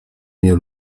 mnie